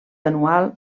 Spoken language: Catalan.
anual